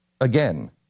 Again